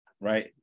right